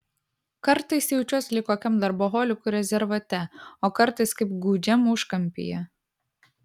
kartais jaučiuosi lyg kokiam darboholikų rezervate o kartais kaip gūdžiam užkampyje